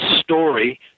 story